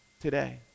today